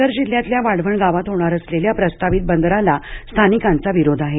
पालघर जिल्ह्यातल्या वाढवण गावात होणार असलेल्या प्रस्तावित बंदराला स्थानिकांचा विरोध आहे